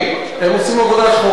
הם עושים עבודה שחורה.